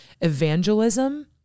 evangelism